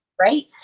Right